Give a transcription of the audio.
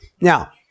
Now